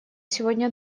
сегодня